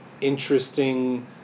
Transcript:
interesting